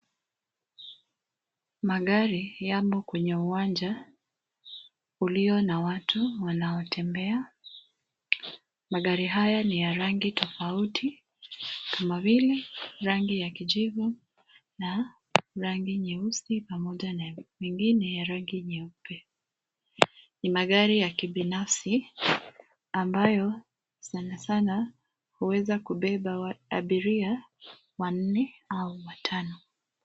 Magari yamo kwenye uwanja ulio na watu wanaotembea. Magari haya ni ya rangi tofauti kama vile: rangi ya kijivu na rangi nyeusi, pamoja na mengine ya rangi nyeupe. Ni magari ya kibinafsi ambayo sana sana huweza kubeba abiria wanne au watano.